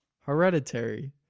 Hereditary